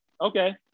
okay